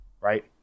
right